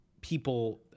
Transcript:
people